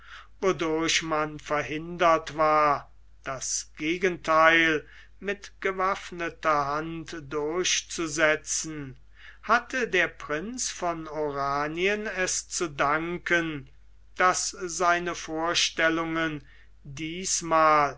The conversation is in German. wodurch man verhindert war das gegentheil mit gewaffneter hand durchzusetzen hatte der prinz von oranien es zu danken daß seine vorstellungen diesmal